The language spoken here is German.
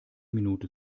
minute